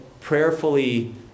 prayerfully